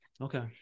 Okay